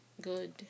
good